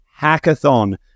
hackathon